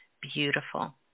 Beautiful